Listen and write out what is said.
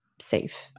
safe